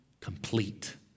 Complete